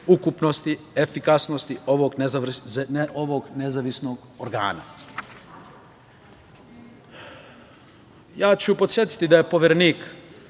ukupnosti, efikasnosti ovog nezavisnog organa. Podsetiću da je Poverenik,